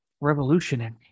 revolutionary